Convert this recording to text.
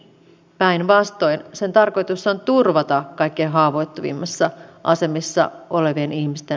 päinvastoin sen tarkoitus on turvata kaikkein haavoittuvimpien ihmisten asema